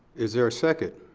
is there a second?